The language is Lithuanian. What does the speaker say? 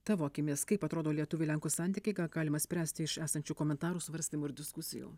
tavo akimis kaip atrodo lietuvių lenkų santykiai ką galima spręsti iš esančių komentarų svarstymų ir diskusijų